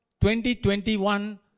2021